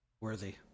Worthy